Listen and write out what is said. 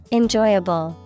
enjoyable